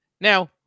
Now